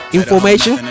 information